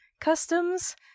customs